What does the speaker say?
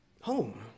Home